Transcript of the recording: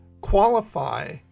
qualify